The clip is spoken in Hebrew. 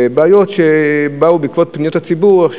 בעיות שעלו בעקבות פניות הציבור.